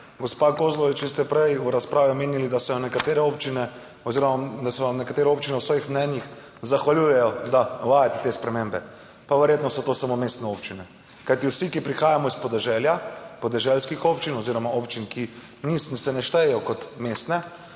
Gospa Kozlovič, vi ste prej v razpravi omenili, da se vam nekatere občine v svojih mnenjih zahvaljujejo, da uvajate te spremembe. Pa verjetno so to samo mestne občine. Kajti vsi, ki prihajamo s podeželja, iz podeželskih občin oziroma občin, ki se ne štejejo kot mestne,